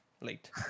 late